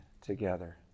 together